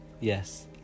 Yes